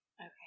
Okay